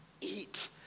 eat